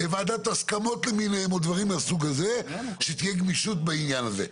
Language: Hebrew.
ועדת הסכמות או דברים מהסוג הזה - שתהיה גמישות בעניין הזה.